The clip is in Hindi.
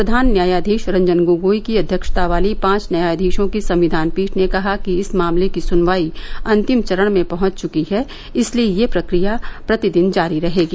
प्रधान न्यायाधीश रंजन गोगोई की अव्यक्षता वाली पांच न्यायाधीशों की संविधान पीठ ने कहा कि इस मामले की सुनवाई अंतिम चरण में पहुंच चुकी है इसलिए यह प्रक्रिया प्रतिदन जारी रहेगी